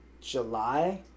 july